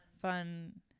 fun